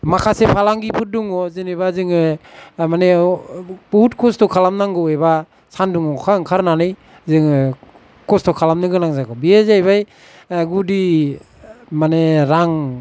माखासे फालांगिफोर दङ जेनेबा जोङो माने बहुद खस्थ' खालामनांगौ एबा सानदुं अखा ओंखारनानै जोङो खस्थ' खालामनो गोनां जायो बेयो जाहैबाय गुदि माने रां